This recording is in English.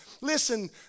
Listen